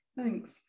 Thanks